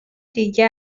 دیگه